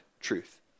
truth